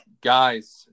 Guys